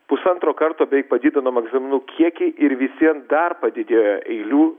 pusantro karto beveik padidinom egzaminų kiekį ir visvien dar padidėjo eilių